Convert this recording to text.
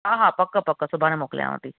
हा पक पक सुभाणे मोकिलियांव थी